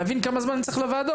להבין כמה זמן אני צריך לוועדות.